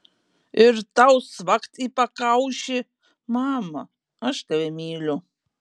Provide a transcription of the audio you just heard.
ir tau cvakt į pakaušį mama aš tave myliu